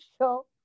show